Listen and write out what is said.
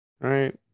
right